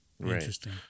Interesting